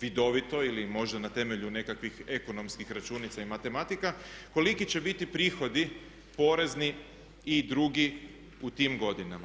vidovito ili možda na temelju nekakvih ekonomskih računica i matematika koliki će biti prihodi porezni i drugi u tim godinama.